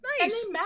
Nice